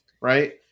right